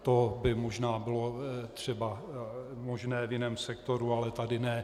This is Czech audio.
To by možná bylo možné v jiném sektoru, ale tady ne.